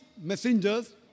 messengers